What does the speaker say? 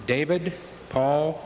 david paul